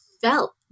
felt